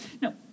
No